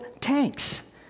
tanks